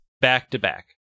Back-to-back